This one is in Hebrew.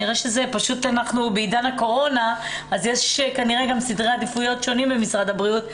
אנחנו בעידן הקורונה אז יש כנראה גם סדרי עדיפויות שונים במשרד הבריאות,